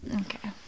Okay